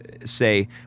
say